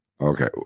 okay